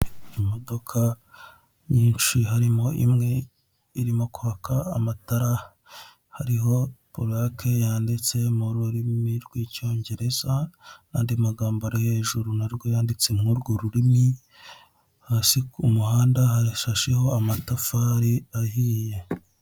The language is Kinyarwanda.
Imodoka nyinshi harimo imwe irimo kwaka amatara hariho purake yanditse mu rurimi rw'Icyongereza n'andi magambo ari hejuru narwo yanditse muri urwo rurimi hasi ku muhanda hashasheho amatafari ahiye.